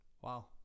Wow